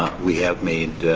we have made